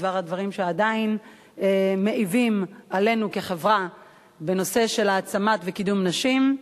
בדבר הדברים שעדיין מעיבים עלינו כחברה בנושא של העצמה וקידום של נשים.